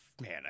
Man